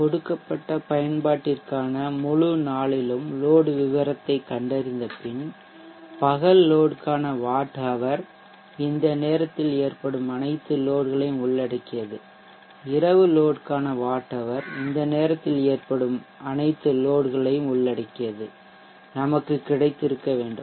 கொடுக்கப்பட்ட பயன்பாட்டிற்கான முழு நாளிலும் லோட் விவரத்தைக் கண்டறிந்தபின் பகல் லோட் க்கான வாட் ஹவர் இந்த நேரத்தில் ஏற்படும் அனைத்து லோட் ஐயும் உள்ளடக்கியது இரவு லோட் க்கான வாட் ஹவர் இந்த நேரத்தில் ஏற்படும் அனைத்து லோட் ஐயும் உள்ளடக்கியது நமக்கு கிடைத்திருக்க வேண்டும்